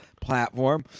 platform